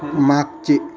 मागचे